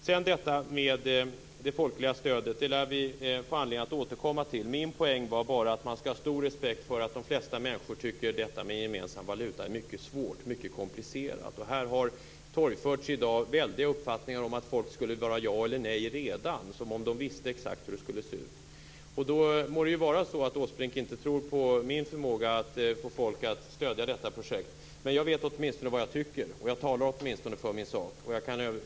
Vi lär få anledning att återkomma till detta med det folkliga stödet. Min poäng var bara att man skall ha stor respekt för att de flesta människor tycker att detta med en gemensam valuta är mycket svårt och mycket komplicerat. Här har i dag torgförts uppfattningar om att folk skulle vara för ja eller nej redan, som om de visste exakt hur det skulle se ut. Det må vara så att Åsbrink inte tror på min förmåga att få folk att stödja detta projekt, men jag vet åtminstone vad jag tycker. Jag talar åtminstone för min sak.